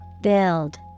Build